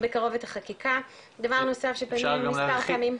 בקרוב את החקיקה --- אפשר גם להרחיב,